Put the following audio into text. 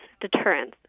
deterrence